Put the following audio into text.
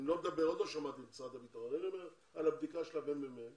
עוד לא שמעתי את משרד הביטחון ואני מתייחס לבדיקה של מרכז המחקר